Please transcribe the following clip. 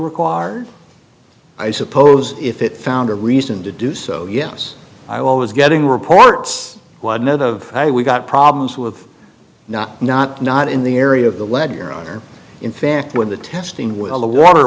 required i suppose if it found a reason to do so yes i always getting reports one of i we got problems with not not not in the area of the lead your honor in fact when the testing will the water